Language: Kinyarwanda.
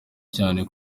cyane